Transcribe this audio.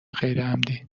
غیرعمدی